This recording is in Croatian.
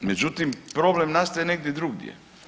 Međutim, problem nastaje negdje drugdje.